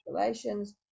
relations